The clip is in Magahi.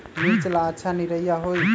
मिर्च ला अच्छा निरैया होई?